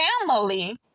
family